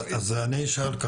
אז אני אשאל,